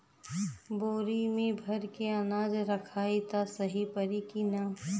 बोरी में भर के अनाज रखायी त सही परी की ना?